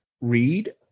read